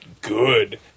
good